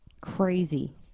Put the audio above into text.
crazy